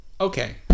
Okay